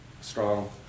strong